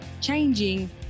changing